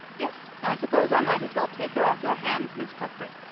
yes, i suppose i might as well take her off your hands, miss cuthbert.